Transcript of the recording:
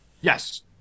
Yes